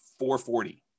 440